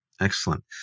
Excellent